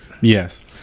Yes